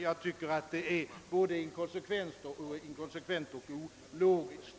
Jag tycker det är både inkonsekvent och ologiskt.